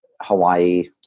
Hawaii